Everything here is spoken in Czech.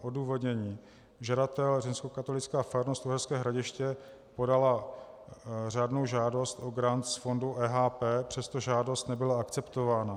Odůvodnění: Žadatel, římskokatolická farnost Uherské Hradiště, podal řádnou žádost o grant z fondů EHP, přesto žádost nebyla akceptována.